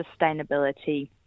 sustainability